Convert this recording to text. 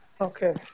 Okay